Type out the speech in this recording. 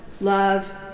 love